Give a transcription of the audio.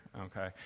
okay